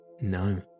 No